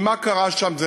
כי מה קרה שם?